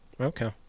Okay